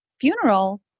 funeral